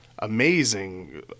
amazing